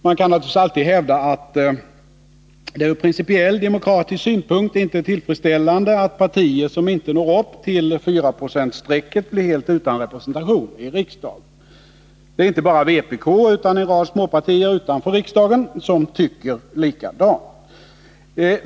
Man kan naturligtvis alltid hävda att det ur principiell, demokratisk synpunkt inte är tillfredsställande att partier som inte når upp till fyraprocentsstrecket blir utan representation i riksdagen. Det är inte bara vpk, utan även en rad småpartier utanför riksdagen som tycker så.